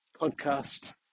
podcast